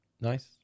Nice